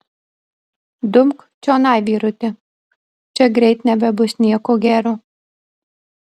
dumk čionai vyruti čia greit nebebus nieko gero